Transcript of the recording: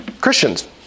Christians